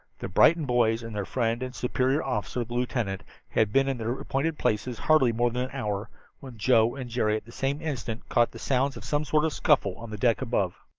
the brighton boys and their friend and superior officer, the lieutenant, had been in their appointed places hardly more than an hour when joe and jerry at the same instant caught the sounds of some sort of scuffle on the deck above.